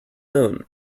own